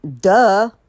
duh